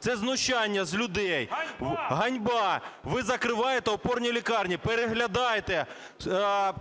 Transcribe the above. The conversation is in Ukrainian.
це знущання з людей. Ганьба! Ви закриваєте опоні лікарні. Переглядайте,